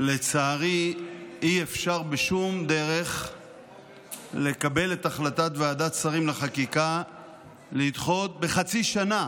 לצערי אי-אפשר בשום דרך לקבל את החלטת ועדת השרים לחקיקה לדחות בחצי שנה